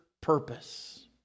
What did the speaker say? purpose